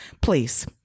please